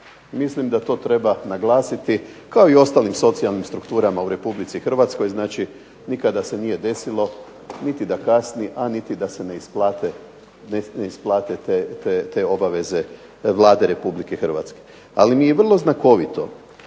mislim da to treba naglasiti kao i ostalim socijalnim strukturama u Republici Hrvatskoj. Znači, nikada se nije desilo niti da kasni, a niti da se ne isplate te obaveze Vlade Republike Hrvatske. Ali mi je vrlo znakovito